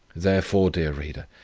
therefore, dear reader,